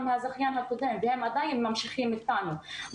מהזכיין הקודם והם עדיין ממשיכים אתנו.